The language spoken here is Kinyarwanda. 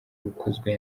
bukozwe